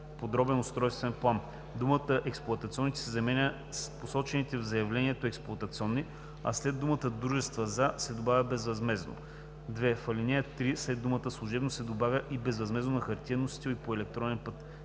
подробен устройствен план“, думата „експлоатационните“ се заменя с „посочените в заявлението експлоатационни“, а след думите „дружества за“ се добавя „безвъзмездно“. 2. В ал. 3 след думата „служебно“ се добавя „и безвъзмездно на хартиен носител и по електронен път“.